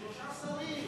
הרב גפני, יש שלושה שרים.